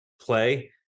play